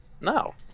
No